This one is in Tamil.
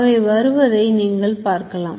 அவை வருவதை நீங்கள் பார்க்கலாம்